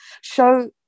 show